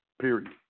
Period